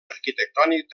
arquitectònic